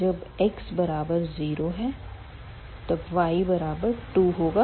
जब x बराबर 0 है तब y बराबर 2 होगा